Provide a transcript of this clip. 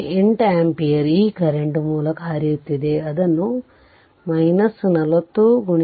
8 ampere ಈ current ಮೂಲಕ ಹರಿಯುತ್ತಿದೆ ಅದನ್ನು 40 0